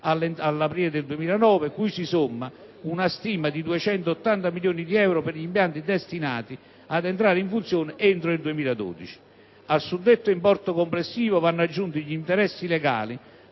all'aprile 2009, cui si somma un importo stimato in 280 milioni di euro per gli impianti destinati ad entrare in funzione entro il 2012. Al suddetto importo complessivo vanno aggiunti gli interessi legali,